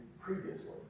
previously